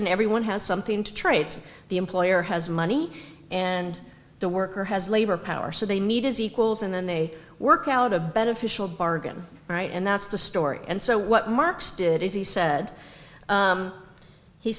and everyone has something to trades the employer has money and the worker has labor power so they need as equals and then they work out a beneficial bargain right and that's the story and so what marx did is he said